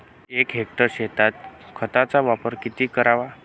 एक हेक्टर क्षेत्रात खताचा वापर किती करावा?